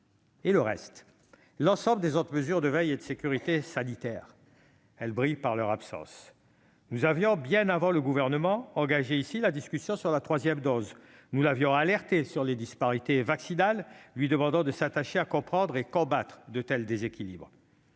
santé est atteinte. Les autres mesures de veille et de sécurité sanitaire brillent par leur absence. Nous avions, bien avant le Gouvernement, engagé la discussion sur la troisième dose. Nous l'avions alerté sur les disparités vaccinales, en lui demandant de s'attacher à comprendre et à combattre de tels déséquilibres.